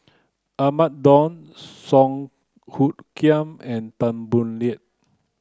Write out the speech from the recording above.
Ahmad Daud Song Hoot Kiam and Tan Boo Liat